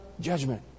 judgment